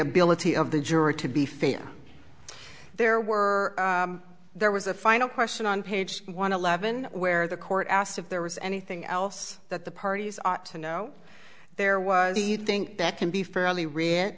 ability of the juror to be fair there were there was a final question on page one eleven where the court asked if there was anything else that the parties ought to know there was a you think that can be fairly r